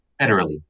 Federally